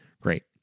Great